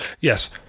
Yes